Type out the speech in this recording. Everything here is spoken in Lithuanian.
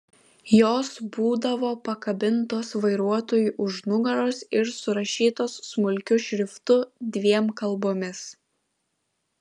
jos būdavo pakabintos vairuotojui už nugaros ir surašytos smulkiu šriftu dviem kalbomis